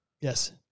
Yes